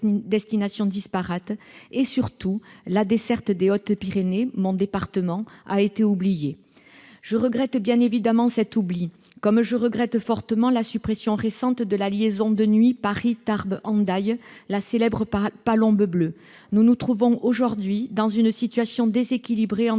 et, surtout, la desserte des Hautes-Pyrénées, département dont je suis élue, a été oubliée. Je regrette bien évidemment cet oubli, comme je regrette fortement la suppression récente de la liaison de nuit Paris-Tarbes-Hendaye, la célèbre Palombe bleue. Nous nous trouvons aujourd'hui dans une situation déséquilibrée en